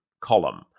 column